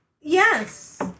Yes